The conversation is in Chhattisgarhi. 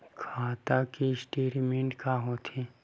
खाता के स्टेटमेंट का होथे?